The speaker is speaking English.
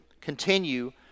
Continue